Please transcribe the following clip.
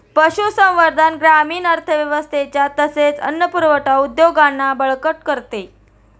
पशुसंवर्धन ग्रामीण अर्थव्यवस्थेच्या तसेच अन्न पुरवठा उद्योगांना बळकट करते